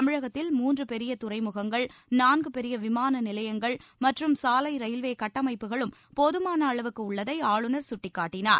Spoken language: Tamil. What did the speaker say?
தமிழகத்தில் மூன்று பெரிய துறைமுகங்கள் நான்கு பெரிய விமாள நிலையங்கள் மற்றும் சாலை ரயில்வே கட்டமைப்புகளும் போதுமான அளவுக்கு உள்ளதை ஆளுநர் கட்டிக்காட்டினார்